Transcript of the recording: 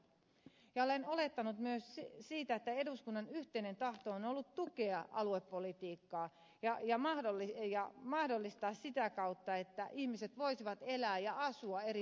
olen olettanut myös että eduskunnan yhteinen tahto on ollut tukea aluepolitiikkaa ja mahdollistaa sitä kautta että ihmiset voisivat elää ja asua eri puolilla suomea